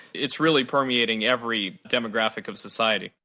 it's really permeating every demographic of society.